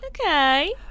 okay